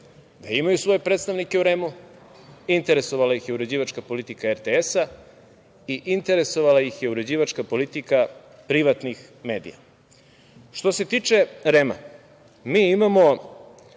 da imaju svoje predstavnike u REM-u, interesovala ih je uređivačka politika RTS i interesovala ih uređivačka politika privatnih medija. Što se tiče REM-a mi imamo